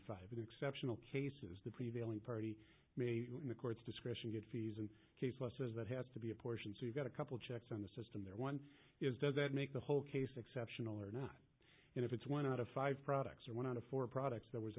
five in exceptional cases the prevailing party may in the courts discretion get fees and case law says that has to be apportioned so you've got a couple of checks on the system there one is does that make the whole case exceptional or not and if it's one out of five products or one out of four products that was